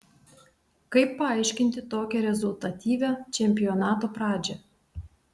kaip paaiškinti tokią rezultatyvią čempionato pradžią